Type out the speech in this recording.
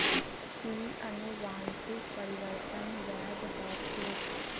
कि अनुवंशिक परिवर्तन वैध ह छेक